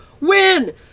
win